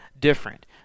different